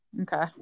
Okay